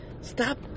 Stop